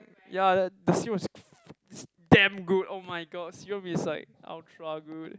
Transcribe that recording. ya that the serum was f~ is damn good oh-my-god serum is like ultra good